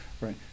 Right